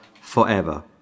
forever